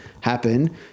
happen